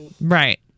Right